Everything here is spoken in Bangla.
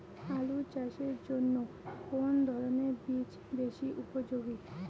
আলু চাষের জন্য কোন ধরণের বীজ বেশি উপযোগী?